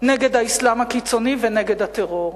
נגד האסלאם הקיצוני ונגד הטרור.